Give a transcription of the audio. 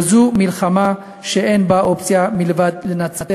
וזו מלחמה שאין בה אופציה מלבד לנצח.